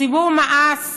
הציבור מאס